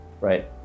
right